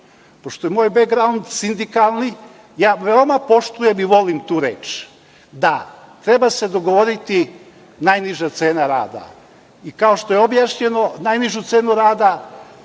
Pošto je moj bekgraund sindikalni, ja veoma poštujem i volim tu reč. Da, treba se dogovoriti najniža cena rada. Kao što je objašnjeno, najnižu cenu rada